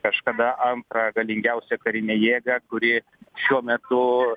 kažkada antrą galingiausią karinę jėgą kuri šiuo metu